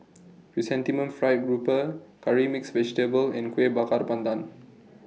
Chrysanthemum Fried Grouper Curry Mixed Vegetable and Kuih Bakar Pandan